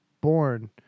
Born